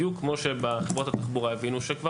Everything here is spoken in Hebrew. בדיוק כמו שבחברות התחבורה הבינו שכבר